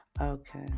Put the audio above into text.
Okay